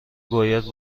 باید